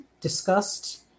discussed